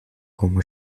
como